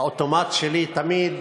האוטומט שלי תמיד: